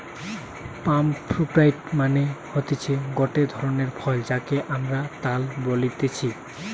পাম fruit মানে হতিছে গটে ধরণের ফল যাকে আমরা তাল বলতেছি